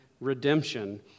redemption